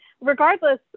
regardless